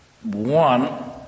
One